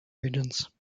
regions